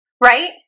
Right